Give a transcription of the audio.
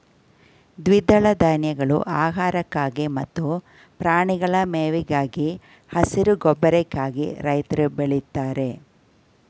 ದ್ವಿದಳ ಧಾನ್ಯಗಳು ಆಹಾರಕ್ಕಾಗಿ ಮತ್ತು ಪ್ರಾಣಿಗಳ ಮೇವಿಗಾಗಿ, ಹಸಿರು ಗೊಬ್ಬರಕ್ಕಾಗಿ ರೈತ್ರು ಬೆಳಿತಾರೆ